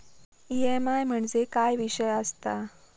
EMI म्हणजे काय विषय आसता?